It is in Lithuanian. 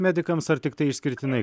medikams ar tiktai išskirtinai